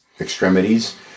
extremities